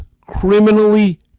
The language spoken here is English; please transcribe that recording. criminally